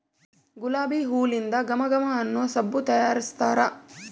ಗುಲಾಬಿ ಹೂಲಿಂದ ಘಮ ಘಮ ಅನ್ನೊ ಸಬ್ಬು ತಯಾರಿಸ್ತಾರ